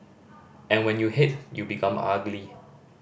and when you hate you become ugly